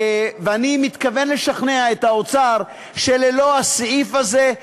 ואני מתכוון לשכנע את האוצר שללא הסעיף הזה,